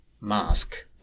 mask